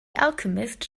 alchemist